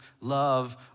love